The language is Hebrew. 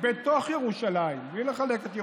בתוך ירושלים בלי לחלק את ירושלים.